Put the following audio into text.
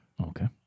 Okay